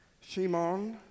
Shimon